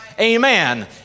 Amen